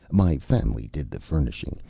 my family did the furnishing.